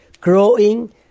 growing